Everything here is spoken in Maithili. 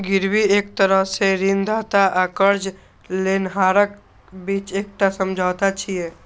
गिरवी एक तरह सं ऋणदाता आ कर्ज लेनिहारक बीच एकटा समझौता छियै